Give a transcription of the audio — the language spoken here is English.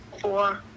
four